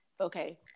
Okay